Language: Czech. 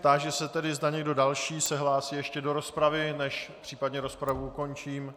Táži se tedy, zda se někdo další hlásí ještě do rozpravy, než případně rozpravu ukončím.